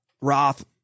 Roth